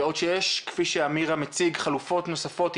בעוד שיש כפי שעמירם הציג חלופות נוספות,